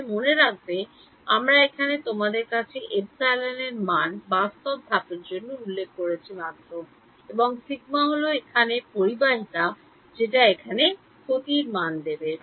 তাহলে মনে রাখবে আমরা এখানে তোমাদের এর মান বাস্তব ধাপের জন্য উল্লেখ করেছি মাত্র এবং সিগমা হলো এখানে পরিবাহিতা যেটা এখানে ক্ষতির মান দেবে